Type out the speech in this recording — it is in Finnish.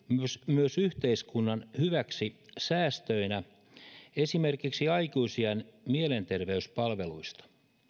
myös yhteiskunnan hyväksi säästöinä esimerkiksi aikuisiän mielenterveyspalveluista